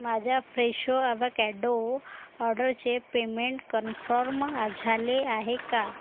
माझ्या Fresho avocado ऑर्डरचे payment confirm झाले आहे का